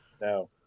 No